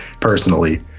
personally